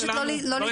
אני מבקשת לא להתפרץ.